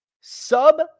sub